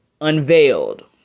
unveiled